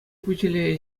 пуҫиле